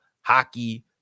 hockey